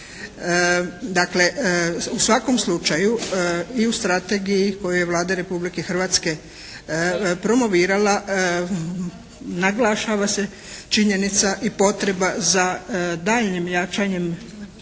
u svakom slučaju i u strategiji koji je Vlada Republike Hrvatske promovirala naglašava se činjenica i potreba za daljnjim jačanjem